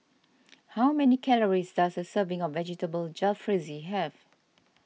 how many calories does a serving of Vegetable Jalfrezi have